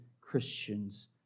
Christians